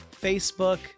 Facebook